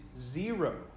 zero